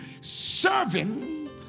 serving